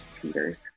Peter's